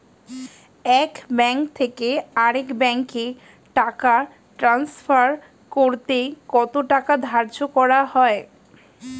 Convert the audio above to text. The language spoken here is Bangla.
এক ব্যাংক থেকে আরেক ব্যাংকে টাকা টান্সফার করতে কত টাকা ধার্য করা হয়?